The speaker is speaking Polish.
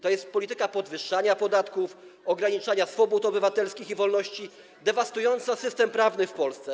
To jest polityka podwyższania podatków, ograniczania swobód obywatelskich i wolności, dewastująca system prawny w Polsce.